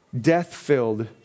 death-filled